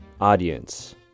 Audience